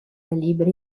libri